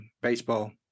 baseball